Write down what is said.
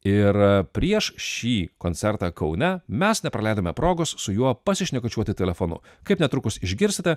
ir prieš šį koncertą kaune mes nepraleidome progos su juo pasišnekučiuoti telefonu kaip netrukus išgirsite